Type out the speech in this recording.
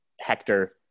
Hector